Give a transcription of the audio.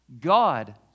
God